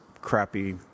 crappy